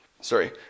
Sorry